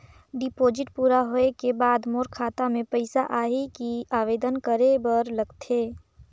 Deposit पूरा होय के बाद मोर खाता मे पइसा आही कि आवेदन करे बर लगथे?